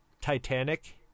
Titanic